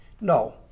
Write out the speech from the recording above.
No